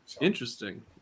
interesting